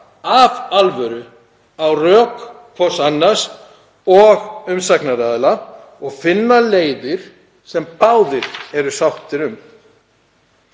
af alvöru á rök hvors annars og umsagnaraðila og finna leiðir sem báðir eru sáttir um.